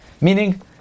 meaning